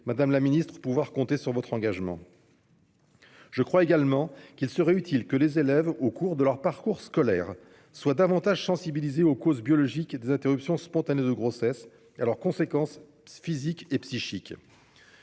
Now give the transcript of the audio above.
madame la ministre, pouvoir compter sur votre engagement. Je crois également qu'il serait utile que les élèves, au cours de leur parcours scolaire, soient davantage sensibilisés aux causes biologiques des interruptions spontanées de grossesse, à leurs conséquences physiques et psychiques.